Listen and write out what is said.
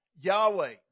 Yahweh